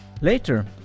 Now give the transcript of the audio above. Later